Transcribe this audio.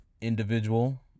individual